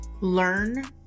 learn